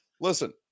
listen